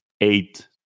eight